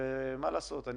מה לעשות,